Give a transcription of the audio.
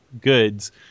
goods